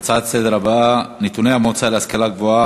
ההצעות הבאות לסדר-היום: נתוני המועצה להשכלה גבוהה